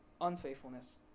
unfaithfulness